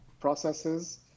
processes